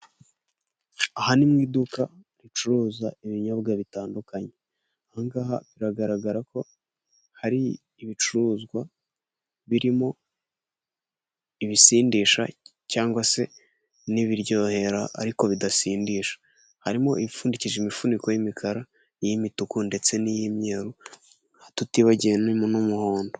Aha ni mu iduka ricuruza ibinyobwa bitandukanye. Aha ngaha biragaragara ko hari ibicuruzwa birimo ibisindisha cyangwa se n'ibiryohera ariko bidasindisha. Harimo ibipfundikije imifuniko y'imikara, iy'imituku ndetse n'iy'imyeru, tutibagiwe n'umuhondo.